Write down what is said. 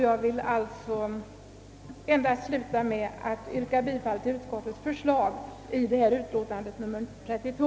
Jag vill avslutningsvis yrka bifall till utskottets hemställan i bankoutskottets utlåtande nr 32.